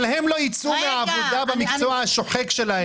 אבל הן לא יצאו מהעבודה במקצוע השוחק שלהן.